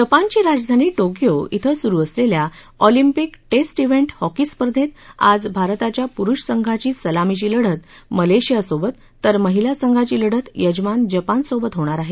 जपानची राजधानी टोकियो विं सुरु असलेल्या ऑलिम्पिक टेस्ट विंट हॉकी स्पर्धेत आज भारताच्या पुरुष संघाची सलामीची लढत मलेशियासोबत तर महिला संघाची लढत यजमान जपानसोबत होणार आहे